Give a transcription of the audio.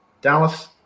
Dallas